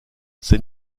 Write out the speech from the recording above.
ses